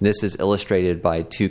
this is illustrated by two